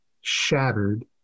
shattered